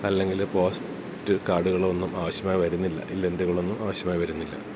അല്ലെങ്കില് പോസ്റ്റ് കാർഡുകളോ ഒന്നും ആവശ്യമായി വരുന്നില്ല ഇല്ലൻറ്റ്കളൊന്നും ആവശ്യമായി വരുന്നില്ല